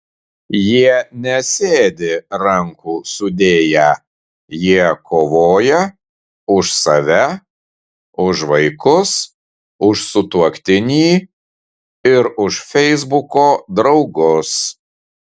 jie nesėdi rankų sudėję jie kovoja už save už vaikus už sutuoktinį ir už feisbuko draugus